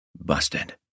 Busted